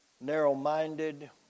narrow-minded